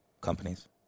companies